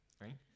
Right